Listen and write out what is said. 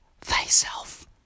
thyself